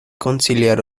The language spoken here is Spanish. conciliar